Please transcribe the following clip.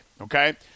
okay